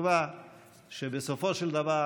בתקווה שבסופו של דבר